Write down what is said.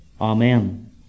Amen